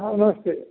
हाँ नमस्ते